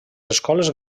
escoles